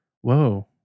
Whoa